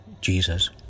Jesus